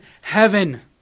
heaven